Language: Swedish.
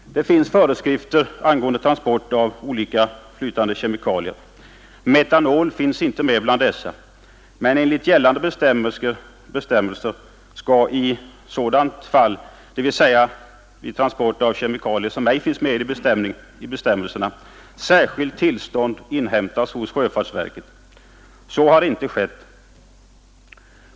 Det finns föreskrifter angående transport av olika flytande kemikalier. Metanol finns ej upptaget i dessa föreskrifter, men enligt gällande bestämmelser skall i sådant fall, dvs. vid transport av kemikalier som ej finns med i bestämmelserna, särskilt tillstånd inhämtas hos sjöfartsverket. Så har ej skett.